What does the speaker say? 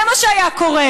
זה מה שהיה קורה.